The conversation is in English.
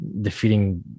defeating